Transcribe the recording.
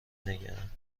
نگرند